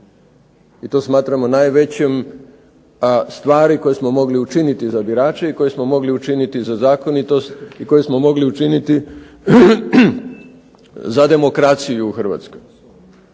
i to smatramo najvećom stvari koju smo mogli učiniti za birače i koju smo mogli učiniti za zakonitost i koje smo mogli učiniti za demokraciju u Hrvatskoj.